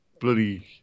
bloody